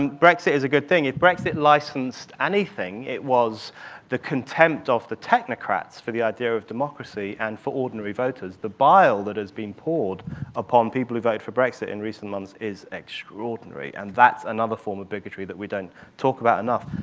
um brexit is a good thing. if brexit licensed anything, it was the contempt of the technocrats for the idea of democracy and for ordinary voters. the bile that is being poured upon people who voted for brexit in recent months is extraordinary, and that's another of bigotry that we don't talk about enough.